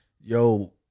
yo